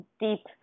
deep